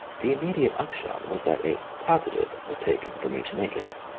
the immediate upshot was that a positive was taken from each negative,